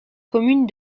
commune